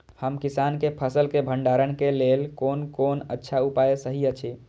हम किसानके फसल के भंडारण के लेल कोन कोन अच्छा उपाय सहि अछि?